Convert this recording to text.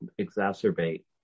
exacerbate